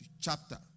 chapter